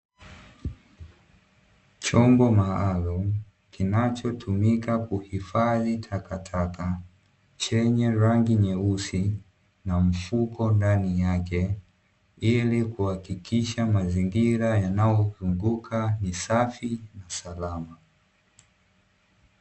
Chombo maalumu kinachotumika kuhifadhi takataka, chenye rangi nyeusi na mfuko ndani yake, ili kuhakikisha mazingira yanayozunguka ni safi na salama.